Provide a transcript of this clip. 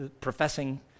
professing